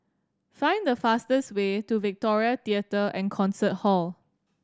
find the fastest way to Victoria Theatre and Concert Hall